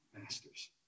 masters